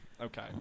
okay